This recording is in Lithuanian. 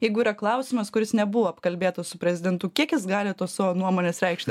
jeigu yra klausimas kuris nebuvo apkalbėtas su prezidentu kiek jis gali tos nuomonės reikšt